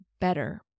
better